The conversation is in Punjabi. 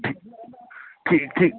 ਠੀਕ ਠੀਕ ਠੀਕ